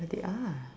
but they are